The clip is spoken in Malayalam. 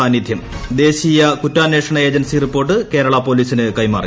സാന്നിധൃം ദേശീയ കുറ്റാനേഷണ ഏജൻസി റിപ്പോർട്ട് കേരള പൊലീസിന് ക്രൈമാറി